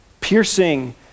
piercing